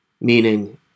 Meaning